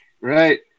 Right